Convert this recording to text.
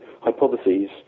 hypotheses